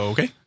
Okay